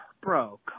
bro